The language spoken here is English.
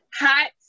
hot